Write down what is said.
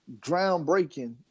groundbreaking